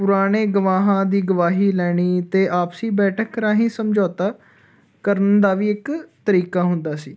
ਪੁਰਾਣੇ ਗਵਾਹਾਂ ਦੀ ਗਵਾਹੀ ਲੈਣੀ ਅਤੇ ਆਪਸੀ ਬੈਠਕ ਰਾਹੀਂ ਸਮਝੌਤਾ ਕਰਨ ਵਾਲੀ ਇੱਕ ਤਰੀਕਾ ਹੁੰਦਾ ਸੀ